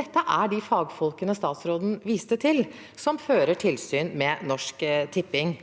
Dette er de fagfolkene statsråden viste til, som fører tilsyn med Norsk Tipping.